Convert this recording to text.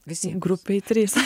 visi grupėj trys